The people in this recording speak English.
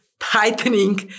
tightening